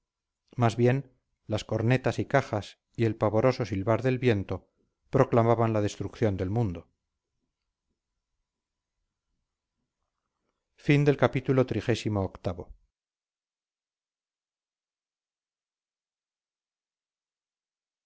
más bien las cornetas y cajas y el pavoroso silbar del viento proclamaban la destrucción del mundo